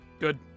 Good